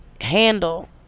handle